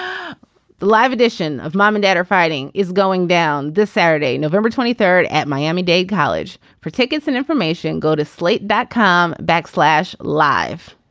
um live edition of mom and dad are fighting is going down this saturday, november twenty third at miami dade college. for tickets and information, go to slate that com backslash live.